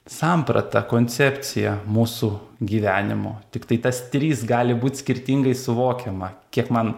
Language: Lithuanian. samprata koncepcija mūsų gyvenimo tiktai tas trys gali būt skirtingai suvokiama kiek man